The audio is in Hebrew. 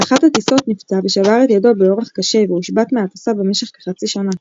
באחת הטיסות נפצע ושבר את ידו באורח קשה והושבת מהטסה במשך כחצי שנה.